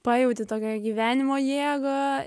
pajauti tokią gyvenimo jėgą